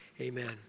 Amen